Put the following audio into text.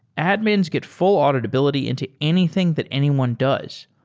admins get full auditability into anything that anyone does.